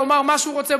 לומר מה שהוא רוצה,